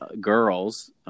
girls –